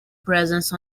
presence